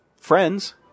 friends